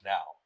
Now